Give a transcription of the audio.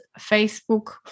Facebook